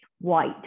white